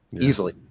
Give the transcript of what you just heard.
Easily